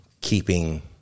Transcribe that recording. keeping